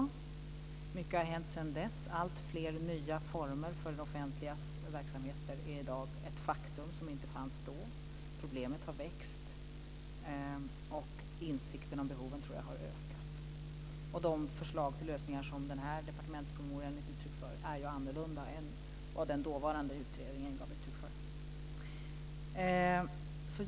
Mycket har hänt sedan dess. Alltfler nya former för det offentligas verksamheter är i dag ett faktum. De fanns inte då. Problemet har växt. Insikten om behoven har ökat. De förslag till lösningar som framförs i den departementspromemoria jag har hänvisat till är annorlunda än vad den dåvarande utredningen gav uttryck för.